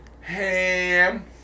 Ham